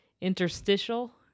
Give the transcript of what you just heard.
interstitial